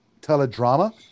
teledrama